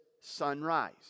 sunrise